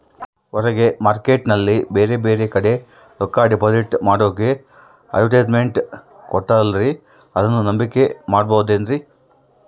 ಹೊರಗೆ ಮಾರ್ಕೇಟ್ ನಲ್ಲಿ ಬೇರೆ ಬೇರೆ ಕಡೆ ರೊಕ್ಕ ಡಿಪಾಸಿಟ್ ಮಾಡೋಕೆ ಅಡುಟ್ಯಸ್ ಮೆಂಟ್ ಕೊಡುತ್ತಾರಲ್ರೇ ಅದನ್ನು ನಂಬಿಕೆ ಮಾಡಬಹುದೇನ್ರಿ?